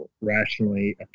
rationally